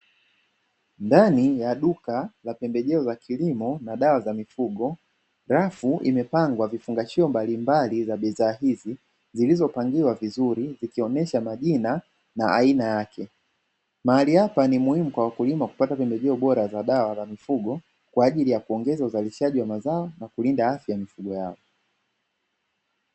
Ndani ya duka la pembejeo za kilimo na dawa za mifugo, rafu imepangwa vifungashio mbalimbali vya bidhaa hizi, zilizopangiliwa vizuri vikionesha majina na aina yake. Mahali hapa ni muhimu kwa wakulima kupata pembejeo bora za dawa za mifugo, kwa ajili ya kuongeza uzalishaji wa mazao na kulinda afya ya mifugo yao.